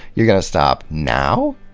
you're going to stop now?